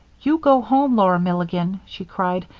you go home, laura milligan! she cried.